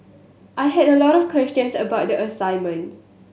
I had a lot of questions about the assignment